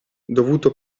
dovuto